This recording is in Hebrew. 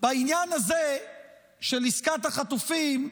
בעניין הזה של עסקת החטופים,